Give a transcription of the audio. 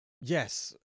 yes